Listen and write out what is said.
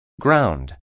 Ground